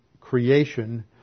creation